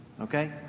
Okay